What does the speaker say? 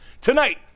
Tonight